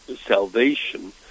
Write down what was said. salvation